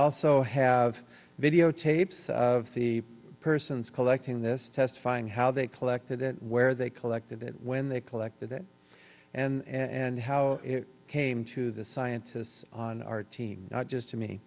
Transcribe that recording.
also have videotapes of the persons collecting this testifying how they collected it where they collected it when they collected it and how it came to the scientists on our team not just to me